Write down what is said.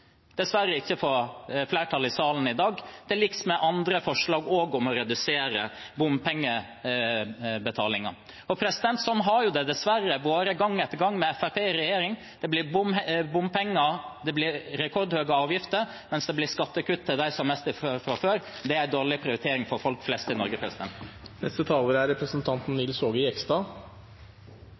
dessverre ikke flertall i salen her i dag, i likhet med andre forslag om å redusere bompengebetalingen. Slik har det dessverre vært gang etter gang med Fremskrittspartiet i regjering: Det blir bompenger og rekordhøye avgifter, samtidig som det blir skattekutt til dem som har mest fra før. Det er en dårlig prioritering for folk flest i Norge. Representanten Nils Aage Jegstad